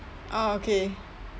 orh okay